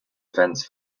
events